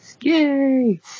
Yay